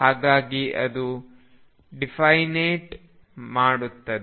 ಹಾಗಾಗಿ ಅದು ಡಿಫರೆನ್ಶಿಏಟ್ ಮಾಡುತ್ತದೆ